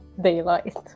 daylight